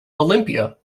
olympia